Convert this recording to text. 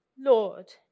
Lord